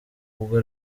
ubwo